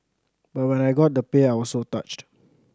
but when I got the pay I was so touched